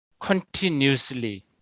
continuously